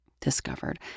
discovered